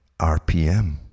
RPM